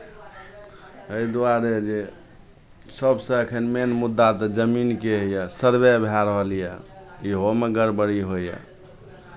एहि दुआरे जे सभसँ एखन मेन मुद्दा तऽ जमीनके यए सर्वे भए रहल यए इहोमे गड़बड़ी होइए